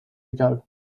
ago